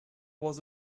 was